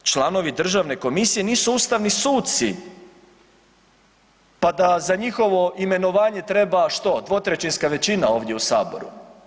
Članovi državne komisije nisu ustavni suci pa da za njihovo imenovanje treba, što, dvotrećinska većina ovdje u Saboru.